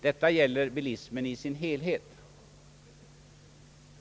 Detta gäller bilismen i sin helhet.